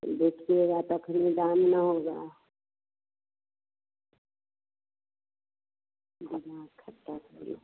बेचिएगा तो अखनी दाम न होगा दिमाग खट्टा करी